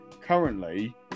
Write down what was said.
currently